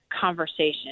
conversation